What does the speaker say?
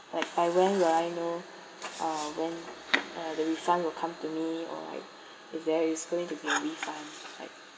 like by when will I know uh when uh the refund will come to me or like if there is going to be a refund like